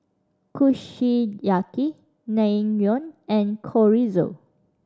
Kushiyaki Naengmyeon and Chorizo